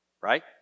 right